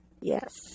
Yes